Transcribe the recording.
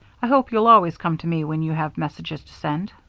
i hope you'll always come to me when you have messages to send.